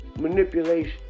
Manipulation